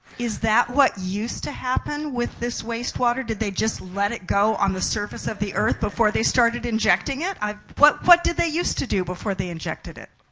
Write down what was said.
is that what used to happen with this wastewater? did they just let it go on the surface of the earth before they started injecting it? what what did they used to do before they injected it?